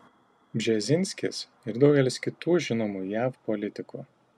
bžezinskis ir daugelis kitų žinomų jav politikų